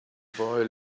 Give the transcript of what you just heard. boy